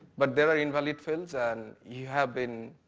but there are invalid fields and you have been